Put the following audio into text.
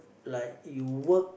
like you work